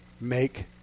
make